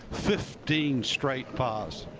fifteen straight pars.